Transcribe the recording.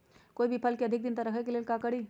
कोई भी फल के अधिक दिन तक रखे के ले ल का करी?